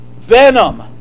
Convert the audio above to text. venom